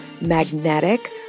magnetic